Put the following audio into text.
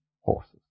horses